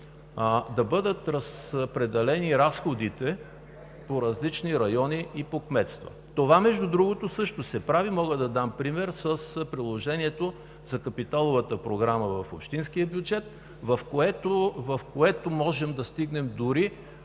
да бъдат разпределени разходите по различни райони и по кметства. Това също се прави. Мога да дам пример с приложението за капиталовата програма в общинския бюджет, в което можем да стигнем дори